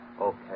Okay